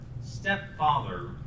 stepfather